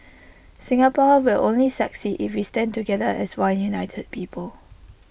Singapore will only succeed if we stand together as one united people